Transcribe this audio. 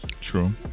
True